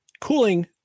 cooling